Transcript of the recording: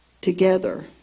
together